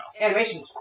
Animation